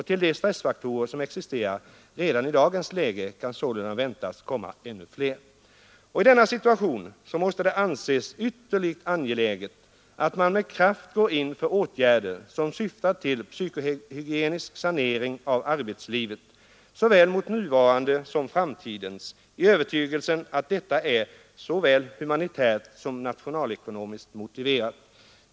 Till de stressfaktorer som existerar redan i dagens läge kan sålunda väntas komma ännu fler. I denna situation måste det anses ytterligt angeläget att man med kraft går in för åtgärder, som syftar till en psykohygienisk sanering av arbetslivet, såväl det nuvarande som framtidens, i övertygelsen att detta är såväl humanitärt som nationalekonomiskt motiverat.